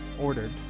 ordered